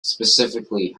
specifically